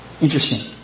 interesting